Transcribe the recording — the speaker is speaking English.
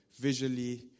visually